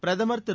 பிரதமர் திரு